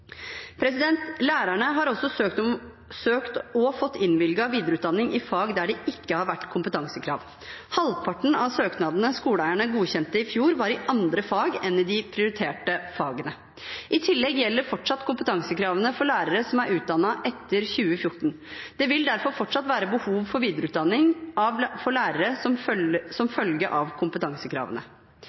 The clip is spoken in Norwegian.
i fag der det ikke har vært kompetansekrav. Halvparten av søknadene skoleeierne godkjente i fjor, var i andre fag enn i de prioriterte fagene. I tillegg gjelder fortsatt kompetansekravene for lærere som er utdannet etter 2014. Det vil derfor fortsatt være behov for videreutdanning for lærere som følge av kompetansekravene. De endringene regjeringen gjør i kompetansekravene,